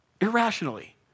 Irrationally